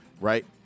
right